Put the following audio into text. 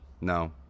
no